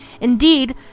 Indeed